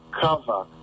cover